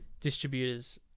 distributors